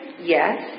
Yes